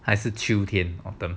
还是秋天 autumn